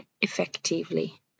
effectively